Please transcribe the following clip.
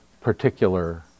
particular